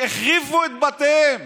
החריבו את בתיהם